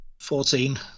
Fourteen